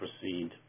proceed